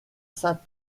saint